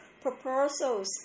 proposals